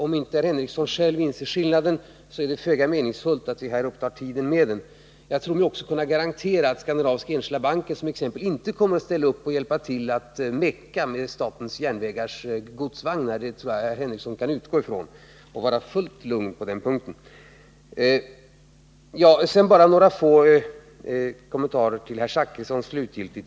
Om inte Sven Henricsson själv inser skillnaden är det föga meningsfullt att här ta upp tiden med en sådan diskussion. Jag tror mig också kunna garantera att t.ex. Skandinaviska Enskilda Banken inte kommer att vilja vara med och ”meka” med SJ:s godsvagnar. Sven Henricsson kan vara helt lugn på den punkten. Slutligen vill jag göra några få kommentarer till herr Zachrissons inlägg.